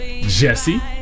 Jesse